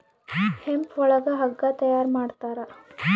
hemp ಒಳಗ ಹಗ್ಗ ತಯಾರ ಮಾಡ್ತಾರ